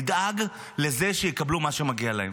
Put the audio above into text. נדאג לזה שיקבלו מה שמגיע להם.